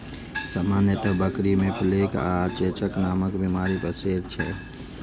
सामान्यतः बकरी मे प्लेग आ चेचक नामक बीमारी पसरै छै